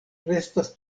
restas